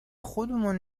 خودمون